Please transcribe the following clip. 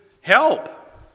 help